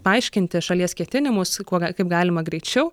paaiškinti šalies ketinimus kuo ga kaip galima greičiau